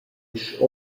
esch